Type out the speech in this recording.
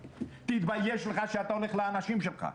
תתבייש לך שאתה הולך לאנשים שלך.